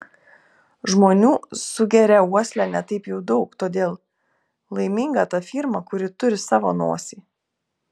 žmonių sugeria uosle ne taip jau daug todėl laiminga ta firma kuri turi savo nosį